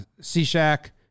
C-Shack